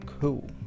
cool